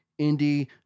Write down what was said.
indie